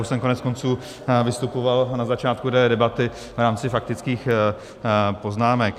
Já už jsem koneckonců vystupoval na začátku debaty v rámci faktických poznámek.